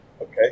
Okay